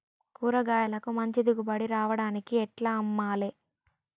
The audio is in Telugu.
కూరగాయలకు మంచి దిగుబడి రావడానికి ఎట్ల అమ్మాలే?